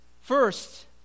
First